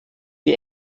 die